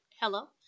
Hello